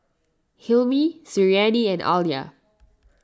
Hilmi Suriani and Alya